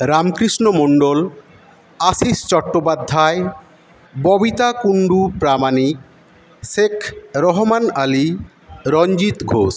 Ramakrishna Mondal Ashis Chattopadhyay Babita Kundu Pramanik Sheikh Rahman Ali Ranjit Ghosh